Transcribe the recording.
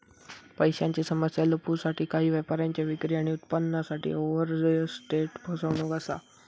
पैशांची समस्या लपवूसाठी काही व्यापाऱ्यांच्या विक्री आणि उत्पन्नासाठी ओवरस्टेट फसवणूक असा